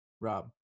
Rob